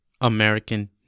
American